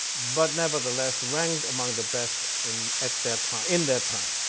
but nevertheless ranked among the best in at their time in their time.